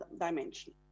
dimension